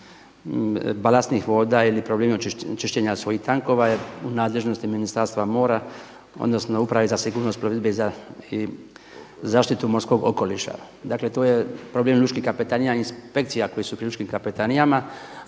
balastnih voda ili problem onečišćenja svojih tankova je u nadležnosti Ministarstva mora odnosno Uprave za sigurnost plovidbe i zaštitu morskog okoliša. Dakle, to je problem lučkih kapetanija i inspekcija koje su pri lučkim kapetanijama